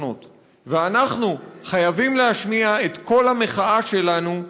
ואנחנו חייבים להשמיע את קול המחאה שלנו,